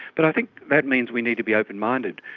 but i think that means we need to be open-minded.